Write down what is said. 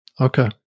okay